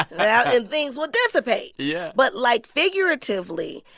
and yeah and things will dissipate yeah but, like, figuratively,